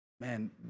Man